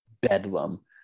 bedlam